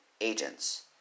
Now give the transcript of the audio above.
agents